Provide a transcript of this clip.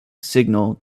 signal